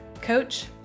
coach